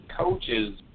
coaches